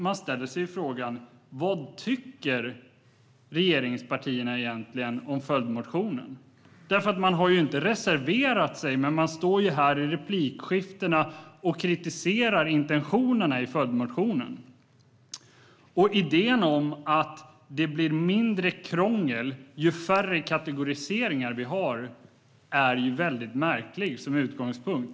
Man ställer sig frågan: Vad tycker regeringspartierna egentligen om följdmotionen? De har ju inte reserverat sig, men de står här i replikskiften och kritiserar intentionerna i följdmotionen. Idén att det blir mindre krångel ju färre kategorier vi har är väldigt märklig som utgångspunkt.